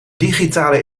digitale